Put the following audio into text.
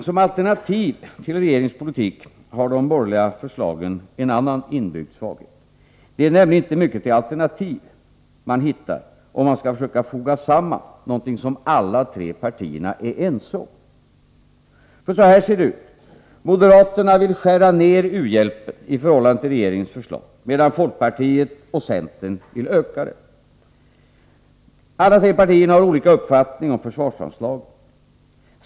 Som alternativ till regeringens politik har de borgerliga förslagen en annan inbyggd svaghet. Det är nämligen inte mycket till alternativ man hittar om man försöker foga samman vad alla tre partierna är ense om. Så här ser det ut: Moderaterna vill skära ned u-hjälpen i förhållande till regeringens förslag, medan folkpartiet och centern vill öka den. Alla tre partierna har olika uppfattning om försvarsanslagen.